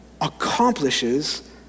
accomplishes